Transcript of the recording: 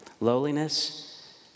Lowliness